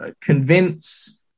convince